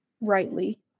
rightly